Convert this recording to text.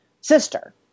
sister